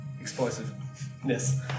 explosiveness